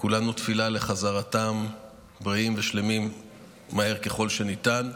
כולנו תפילה לחזרתם בריאים ושלמים מהר ככל שניתן,